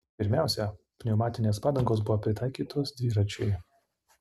pirmiausia pneumatinės padangos buvo pritaikytos dviračiui